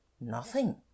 Nothing